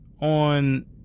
on